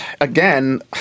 again